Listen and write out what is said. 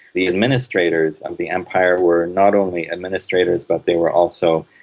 the administrators of the empire, were not only administrators but they were also,